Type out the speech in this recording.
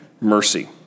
mercy